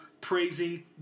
praising